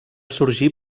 sorgir